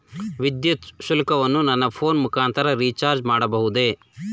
ವಿದ್ಯುತ್ ಶುಲ್ಕವನ್ನು ನನ್ನ ಫೋನ್ ಮುಖಾಂತರ ರಿಚಾರ್ಜ್ ಮಾಡಬಹುದೇ?